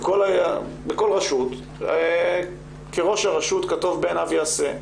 בכל רשות ראש הרשות כטוב בעיניו יעשה.